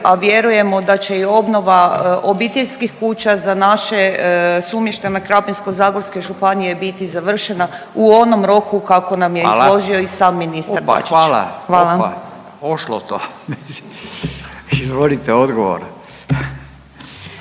a vjerujemo da će i obnova obiteljskih kuća za naše sumještane Krapinsko-zagorske županije biti završena u onom roku kako nam je … …/Upadica Furio Radin: Hvala./… … izložio